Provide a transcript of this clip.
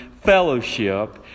Fellowship